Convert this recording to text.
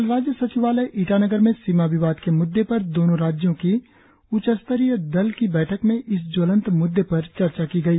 कल राज्य सचिवालय ईटानगर में सीमा विवाद के मुद्दे पर दोनों राज्यों की उच्चस्तरीय दल की बैठक में इस ज्वलंत म्द्दे पर चर्चा की गई